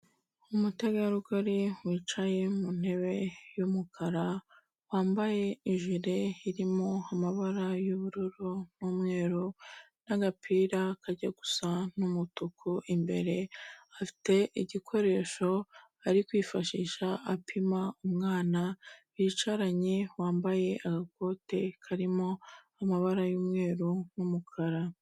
Umutegarugori wicaye mu ntebe y'umukara, wambaye ijire irimo amabara y'ubururu n'umweru n'agapira kajya gusa n'umutuku, imbere afite igikoresho ari kwifashisha apima umwana bicaranye wambaye agakote karimo amabara y'umweru n'umukara.